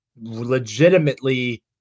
legitimately